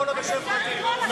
נא להוציא את חבר הכנסת דנון.